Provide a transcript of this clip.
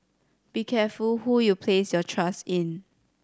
be careful who you place your trust in